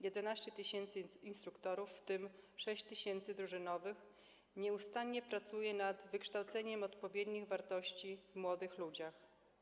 11 tys. instruktorów, w tym 6 tys. drużynowych, nieustannie pracuje nad wykształceniem odpowiednich wartości w młodych ludziach.